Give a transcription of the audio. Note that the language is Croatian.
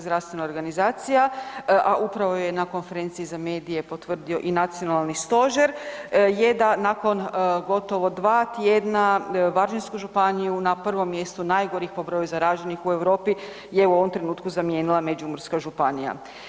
zdravstvena organizacija, a upravo ju je na konferenciji za mediji potvrdio i Nacionalni stožer, je da nakon gotovo dva tjedna Varaždinsku županiju na prvom mjestu najgorih po broju zaraženih u Europi je u ovom trenutku zamijenila Međimurska županija.